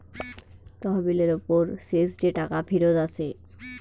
তহবিলের উপর শেষ যে টাকা ফিরত আসে